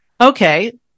okay